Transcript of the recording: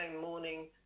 morning